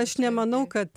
aš nemanau kad